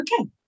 okay